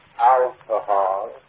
alcohol